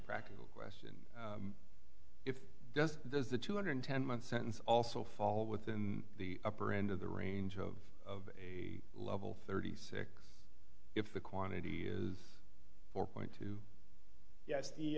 practical question if it does does the two hundred ten month sentence also fall within the upper end of the range of a level thirty six if the quantity is four point two yes the